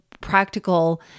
practical